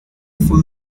full